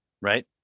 right